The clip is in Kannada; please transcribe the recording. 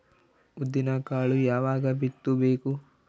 ಉದ್ದಿನಕಾಳು ಯಾವಾಗ ಬಿತ್ತು ಬೇಕು?